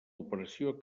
operació